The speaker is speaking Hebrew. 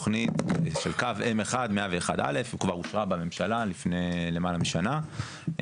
תכנית של קו M1 101 א' כבר אושרה בממשלה לפני למעלה משנה,